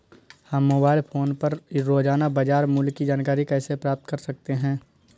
हम mobile phone पर रोजाना बाजार मूल्य की जानकारी कैसे प्राप्त कर सकते हैं?